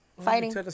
fighting